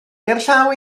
gerllaw